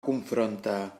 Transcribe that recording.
confronta